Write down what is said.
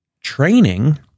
training